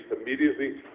immediately